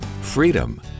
Freedom